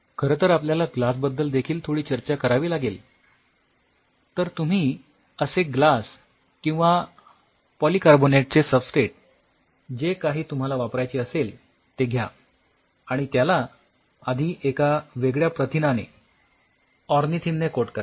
खरं तर आपल्याला ग्लास बद्दल देखील थोडी चर्चा करावी लागेल तर तुम्ही असे ग्लास चे किंवा पॉलीकार्बोनेटचे सबस्ट्रेट जे काही तुम्हाला वापरायचे असेल ते घ्या आणि त्याला आधी एका वेगळ्या प्रथिनाने ऑर्निथिन ने कोट करा